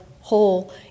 whole